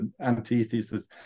antithesis